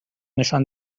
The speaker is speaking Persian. نشان